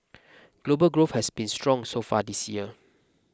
global growth has been strong so far this year